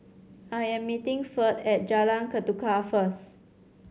I am meeting Ferd at Jalan Ketuka first